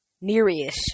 Nereus